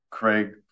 Craig